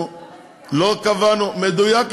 לא קבענו, זה לא מדויק.